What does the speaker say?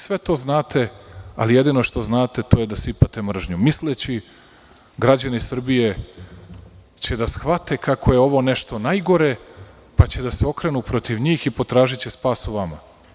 Sve to znate, ali jedino što znate to je da sipate mržnju, misleći građani Srbije će da shvate kako je ovo nešto najgore, pa će da se okrenu protiv njih i potražiće spas u vama.